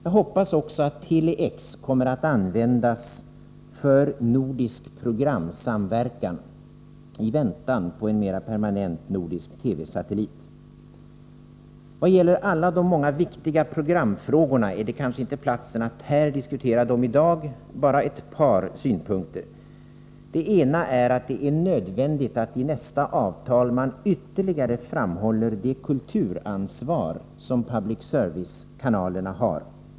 Jag hoppas också att Tele-X kommer att användas för nordisk programsamverkan i väntan på en mera permanent nordisk TV-satellit. Vad gäller alla de många viktiga programfrågorna är kammaren kanske inte rätta platsen att i dag diskutera dem. Jag vill dock anföra ett par synpunkter. Den ena är att det är nödvändigt att man i nästa avtal ytterligare framhåller det kulturansvar som public service-kanalerna har.